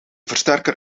versterker